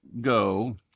go